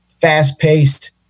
fast-paced